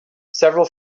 several